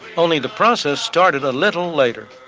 only the process started a little later.